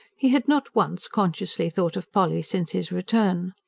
he had not once consciously thought of polly since his return.